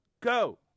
go